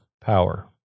power